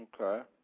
Okay